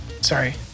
Sorry